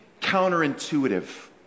counterintuitive